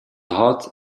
hot